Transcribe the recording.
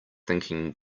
thinking